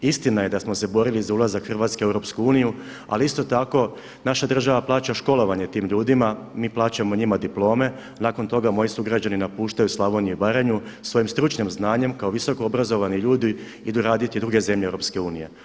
Istina je da smo se borili za ulazak Hrvatske u EU ali isto tako naša država plaća školovanje tim ljudima, mi plaćamo njima diplome a nakon toga moji sugrađani napuštaju Slavoniju i Baranju, svojim stručnim znanjem kao visokoobrazovani ljudi idu raditi u druge zemlje EU.